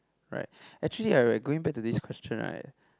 right actually err going back to this question right